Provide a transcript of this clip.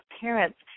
parents